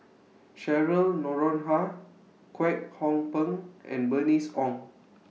Cheryl Noronha Kwek Hong Png and Bernice Ong